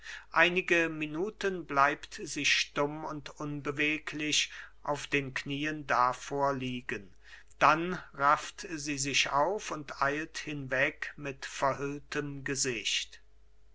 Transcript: einige minuten bleibt sie stumm und unbeweglich auf den knien davor liegen dann rafft sie sich auf und eilt hinweg mit verhülltem gesicht